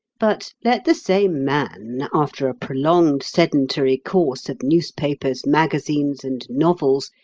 but let the same man after a prolonged sedentary course of newspapers, magazines, and novels,